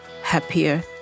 happier